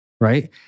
Right